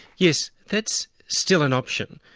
yes, that's still an option,